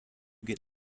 get